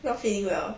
not feeling well